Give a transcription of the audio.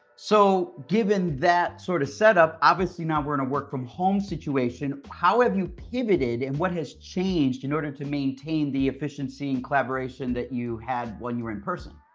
so given that sort of setup, obviously, now, we're in a work from home situation. how have you pivoted, and what has changed in order to maintain the efficiency and collaboration that you had when you were in person?